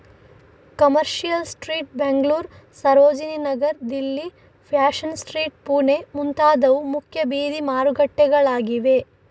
commercial street Bengaluru, Sarojini Nagar Delhi, fashion street Pune ಮುಂತಾದವು ಮುಖ್ಯ ಬೀದಿ ಮಾರುಕಟ್ಟೆಗಳಾಗಿವೆ